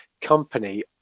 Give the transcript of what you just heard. company